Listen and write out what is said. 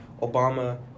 Obama